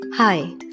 Hi